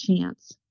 chance